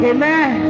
Amen